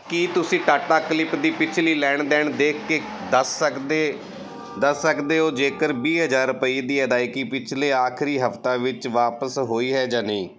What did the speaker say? ਕੀ ਤੁਸੀਂਂ ਟਾਟਾਕਲਿਪ ਦੀ ਪਿਛਲੀ ਲੈਣ ਦੇਣ ਦੇਖ ਕੇ ਦੱਸ ਸਕਦੇ ਦੱਸ ਸਕਦੇ ਹੋ ਜੇਕਰ ਵੀਹ ਹਜ਼ਾਰ ਰੁਪਏ ਦੀ ਅਦਾਇਗੀ ਪਿਛਲੇ ਆਖਰੀ ਹਫ਼ਤਾ ਵਿੱਚ ਵਾਪਿਸ ਹੋਈ ਹੈ ਜਾਂ ਨਹੀਂ